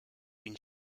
been